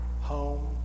home